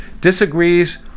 disagrees